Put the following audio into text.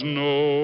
no